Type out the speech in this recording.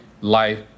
life